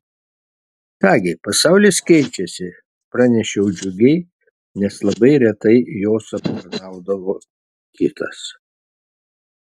ką gi pasaulis keičiasi pranešiau džiugiai nes labai retai jos aptarnaudavo kitas